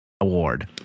Award